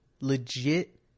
legit